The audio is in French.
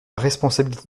responsabilité